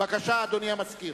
בבקשה, אדוני המזכיר.